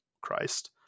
Christ